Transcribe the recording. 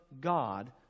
God